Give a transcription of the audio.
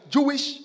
Jewish